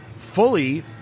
fully